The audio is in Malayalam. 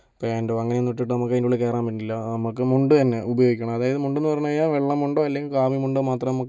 പാന്റോ അങ്ങനേന്ന് ഇട്ടിട്ട് നമുക്ക് അതിൻ്റെ ഉള്ളിൽ കേറാൻ പറ്റില്ല നമുക്ക് മുണ്ട് തന്നെ ഉപയോഗിക്കണം അതായത് മുണ്ടെന്ന് പറഞ്ഞ് കഴിഞ്ഞാൽ വെള്ള മുണ്ടോ അല്ലങ്കിൽ കാവി മുണ്ടോ മാത്രം നമുക്ക്